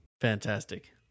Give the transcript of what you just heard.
Fantastic